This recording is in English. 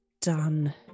done